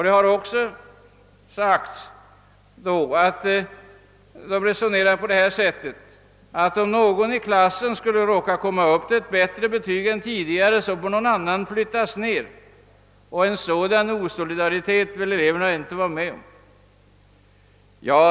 Det har också sagts att om någon i klassen skulle råka komma upp till ett bättre betyg än tidigare får någon annan flyttas ned, och en sådan brist på solidaritet vill eleverna inte vara med om.